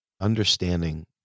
understanding